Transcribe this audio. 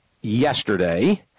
yesterday